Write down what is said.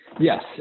Yes